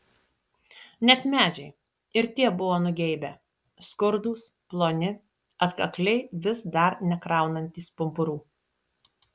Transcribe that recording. net medžiai ir tie buvo nugeibę skurdūs ploni atkakliai vis dar nekraunantys pumpurų